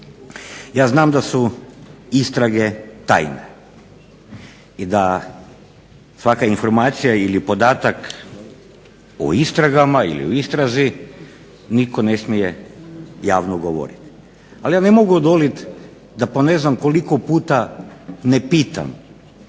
Ja znam da su istrage tajne i da svaka informacija ili podatak o istragama ili istrazi nitko ne smije javno govoriti ali ja ne mogu odoliti da ne znam po koji puta ne pitam